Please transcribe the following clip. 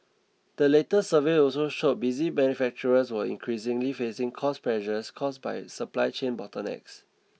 the latest survey also showed busy manufacturers were increasingly facing cost pressures caused by supply chain bottlenecks